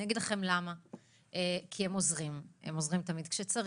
כי הם עוזרים תמיד כשצריך,